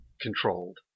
controlled